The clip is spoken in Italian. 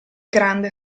grande